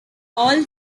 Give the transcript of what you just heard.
all